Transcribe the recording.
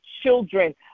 children